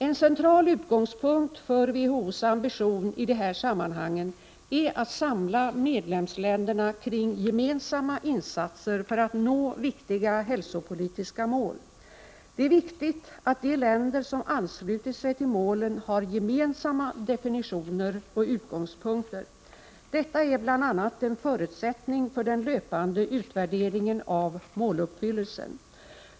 En central utgångspunkt för WHO:s ambition i de här sammanhangen är att samla medlemsländerna kring gemensamma insatser för att nå viktiga hälsopolitiska mål. Det är viktigt att de länder som anslutit sig till målen har gemensamma definitioner och utgångspunkter. Detta är bl.a. en förutsättning för den löpande utvärderingen av måluppfyllelsén.